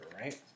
right